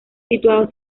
situados